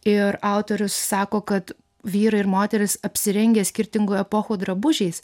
ir autorius sako kad vyrai ir moterys apsirengę skirtingų epochų drabužiais